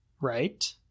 right